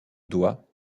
doit